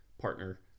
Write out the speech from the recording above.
partner